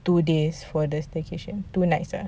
two days for the staycation two nights lah